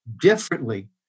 differently